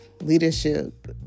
leadership